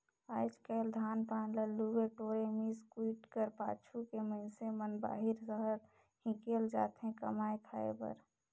आएज काएल धान पान ल लुए टोरे, मिस कुइट कर पाछू के मइनसे मन बाहिर सहर हिकेल जाथे कमाए खाए बर